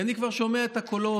כי אני כבר שומע את הקולות: